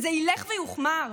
זה ילך ויוחמר.